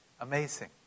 Amazing